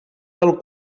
del